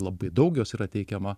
labai daug jos yra teikiama